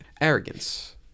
arrogance